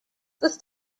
ist